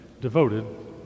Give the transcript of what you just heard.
devoted